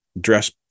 dress